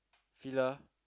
Fila